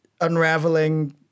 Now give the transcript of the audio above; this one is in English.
unraveling